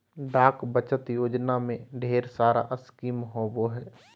डाक बचत योजना में ढेर सारा स्कीम होबो हइ